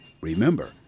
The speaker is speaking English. Remember